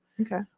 okay